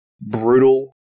brutal